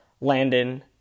Landon